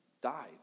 died